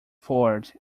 forward